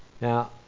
Now